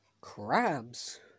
crabs